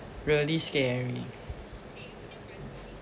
really scary